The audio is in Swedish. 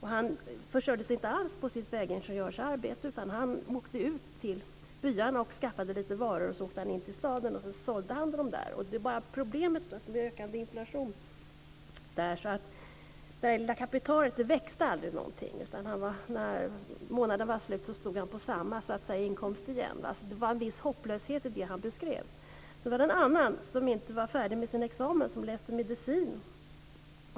Han försörjde sig inte alls som vägingenjör, utan han åkte ut till byarna, skaffade lite varor, åkte in till staden och sålde dem. Problemet var den ökande inflationen där, så hans lilla kapital växte inte till. När månaden var slut stod han på samma ståndpunkt igen. Det låg en viss hopplöshet i den beskrivning han gav. En annan var inte färdig med sin medicinska examen.